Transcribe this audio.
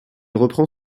reprend